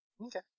okay